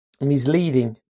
misleading